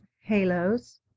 Halos